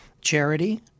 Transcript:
charity